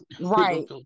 right